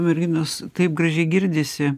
merginos taip gražiai girdisi